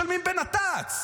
כי אתם לא משלמים בנת"צ.